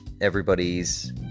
everybody's